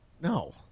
No